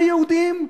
היהודים,